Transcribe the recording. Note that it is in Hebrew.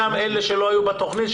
גם אלה שלא היו בתוכנית,